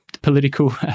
political